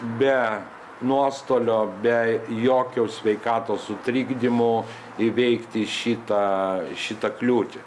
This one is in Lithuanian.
be nuostolio be jokio sveikatos sutrikdymo įveikti šitą šitą kliūtį